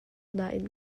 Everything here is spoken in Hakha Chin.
nain